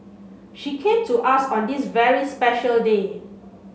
she came to us on this very special day